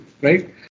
right